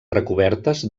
recobertes